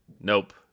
Nope